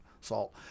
salt